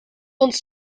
ons